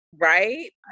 Right